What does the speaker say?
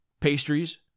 pastries